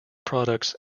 products